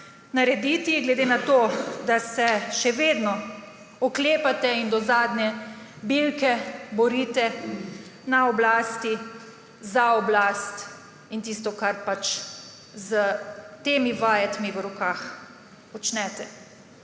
narediti glede na to, da se še vedno oklepate in do zadnje bilke borite na oblasti, za oblast in tisto, kar pač s temi vajetmi v rokah počnete.